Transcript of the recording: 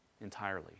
entirely